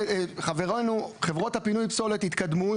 חברות פינוי הפסולת יתקדמו,